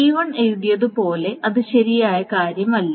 T1 എഴുതിയത് പോലെ അത് ശരിയായ കാര്യമല്ല